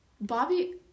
Bobby